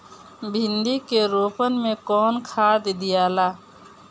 भिंदी के रोपन मे कौन खाद दियाला?